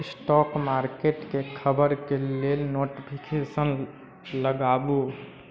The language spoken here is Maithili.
स्टॉक मार्केटके खबरके लेल नोटिफिकेशन लगाबू